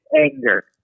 anger